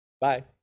bye